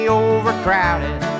overcrowded